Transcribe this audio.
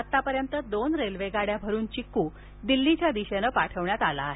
आतापर्यंत दोन रेल्वेगाड्या भरुन चिक् दिल्लीच्या दिशेनं पाठवण्यात आला आहे